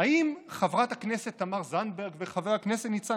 האם חברת הכנסת תמר זנדברג וחבר הכנסת ניצן